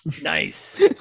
nice